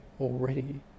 already